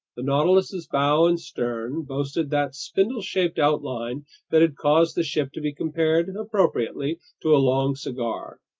the nautilus's bow and stern boasted that spindle-shaped outline that had caused the ship to be compared appropriately to a long cigar.